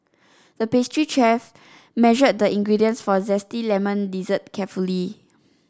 the pastry chef measured the ingredients for a zesty lemon dessert carefully